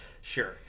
sure